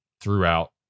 throughout